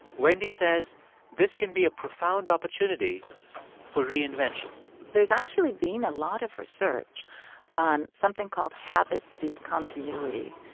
wendy says this can be a profound opportunity for reinvention there's actually been a lot of research on something called habit discontinuity.